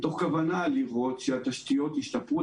מתוך כוונה לראות שהתשתיות ישתפרו.